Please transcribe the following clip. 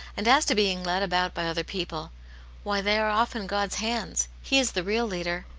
and as to being led about by other people why, they are often god's hands. he is the real leader.